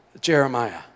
Jeremiah